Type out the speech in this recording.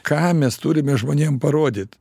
ką mes turime žmonėm parodyt